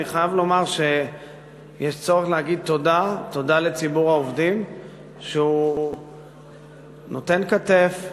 אני חייב לומר שיש צורך להגיד תודה לציבור העובדים שנותן כתף,